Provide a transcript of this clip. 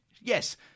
yes